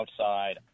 outside